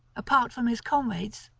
apart from his comrades,